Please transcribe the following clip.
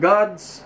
God's